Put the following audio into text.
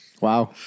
Wow